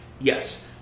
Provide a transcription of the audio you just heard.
Yes